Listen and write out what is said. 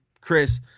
Chris